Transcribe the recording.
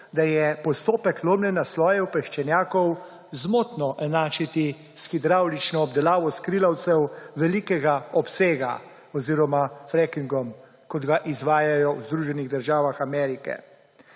da je postopek lomljenja slojev peščenjakov zmotno enačiti s hidravlično obdelavo skrilavcev velikega obsega oziroma frackingom, kot ga izvajajo v Združenih državah Amerike.